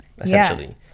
essentially